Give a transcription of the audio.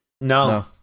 No